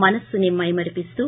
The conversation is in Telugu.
మనస్సుని మైమరపిస్తూ